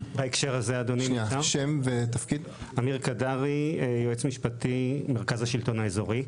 אמיר קדרי, יועץ משפטי, מרכז השלטון האזורי.